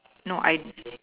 no I